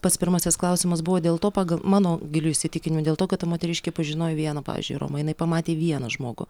pats pirmasis klausimas buvo dėl to pagal mano giliu įsitikinimu dėl to kad ta moteriškė pažinojo vieną pavyzdžiui romą jinai pamatė vieną žmogų